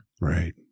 Right